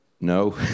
no